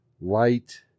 light